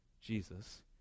Jesus